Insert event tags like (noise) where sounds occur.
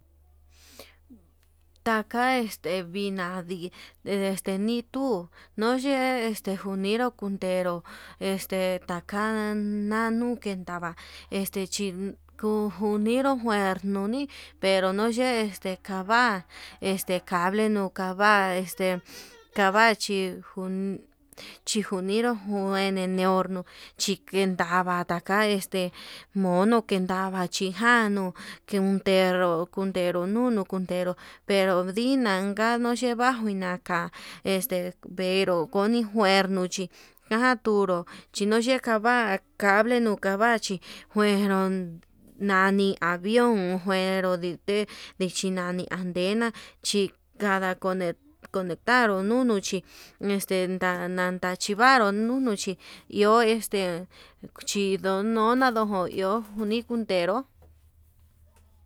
Taka (hesitation) este vinadii este nituu nuu ye'e, este njuniru kuntero esta kaka nanun kendava este chi kunjuniru ngue nar noni pero no ye'e, tekava este cable nuka va'a vaka'a chi njuninrú njuerne niurno chiken ndava taka este mono kendava chí injanu kunderó kunderu nunu kundero pero, dignan nganuu cheva'a njuina já este pero kuni njuernuu chí kaja tunru chinoche kava cable nuu kavachí nguero nani avión njuero nute'e, chinani antena chikada conetaru nunu chí este nan ndachivaru nunu chí iho este chindonona junino iho njuni kundero.